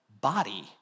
body